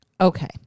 Okay